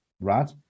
right